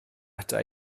ata